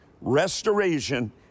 Restoration